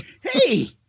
Hey